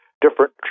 different